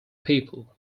people